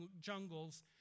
jungles